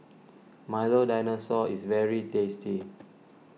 Milo Dinosaur is very tasty